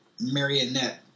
marionette